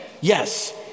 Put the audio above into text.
Yes